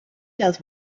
does